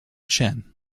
chen